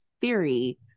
theory